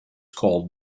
called